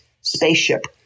spaceship